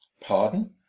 Pardon